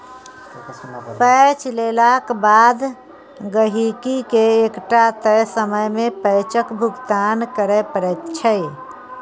पैंच लेलाक बाद गहिंकीकेँ एकटा तय समय मे पैंचक भुगतान करय पड़ैत छै